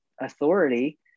authority